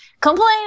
complain